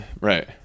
right